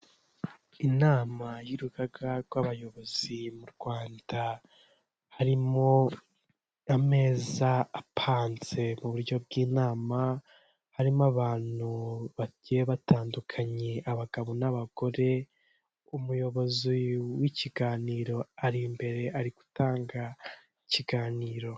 Inama y'urugaga rw'abayobozi mu Rwanda, harimo ameza apanze mu buryo bw'inama, harimo abantu bagiyr batandukanye, abagabo n'abagore, umuyobozi w'ikiganiro ari imbere ari gutanga ikiganiro.